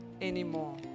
anymore